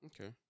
Okay